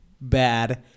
bad